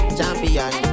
Champion